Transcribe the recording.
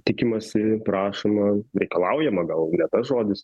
tikimasi prašoma reikalaujama gal ne tas žodis